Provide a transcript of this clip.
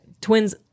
Twins